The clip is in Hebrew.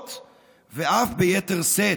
נמשכות ואף ביתר שאת.